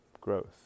growth